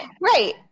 Right